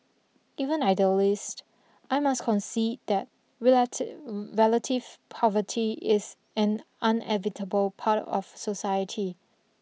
even idealist I must concede that relative poverty is an part of society